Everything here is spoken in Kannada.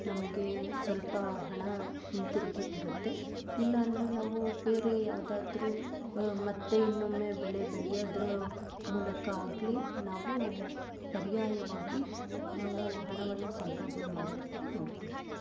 ನಮಗೆ ಸ್ವಲ್ಪ ಹಣ ಹಿಂತಿರುಗಿ ಬರುತ್ತೆ ಇಲ್ಲ ಅಂದರೆ ನಾವು ಬೇರೆ ಯಾವ್ದಾದ್ರೂ ಮತ್ತೆ ಇನ್ನೊಮ್ಮೆ ಬೆಳೆ ಬೆಳೆಯೋದರ ಮೂಲಕ ಆಗಲಿ ನಾವು ಪರ್ಯಾಯವಾಗಿ ನಾವು ಹಣವನ್ನು ಸಂಪಾದನೆ ಮಾಡೋದಕ್ಕೆ ನೋಡುತ್ತೀವಿ